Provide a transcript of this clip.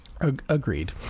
Agreed